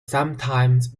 sometimes